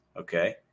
Okay